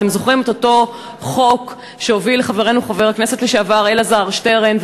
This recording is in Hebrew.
אתם זוכרים את אותו חוק שהוביל חברנו חבר הכנסת לשעבר אלעזר שטרן,